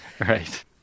Right